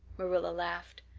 marilla laughed.